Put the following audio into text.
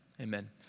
Amen